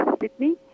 sydney